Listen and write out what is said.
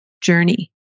journey